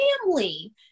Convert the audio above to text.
family